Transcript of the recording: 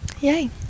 Yay